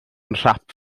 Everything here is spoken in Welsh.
nhrap